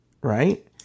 right